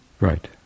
Right